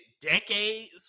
decades